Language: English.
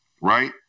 right